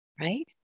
right